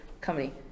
company